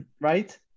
Right